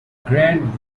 grand